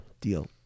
Deal